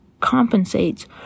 compensates